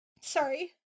sorry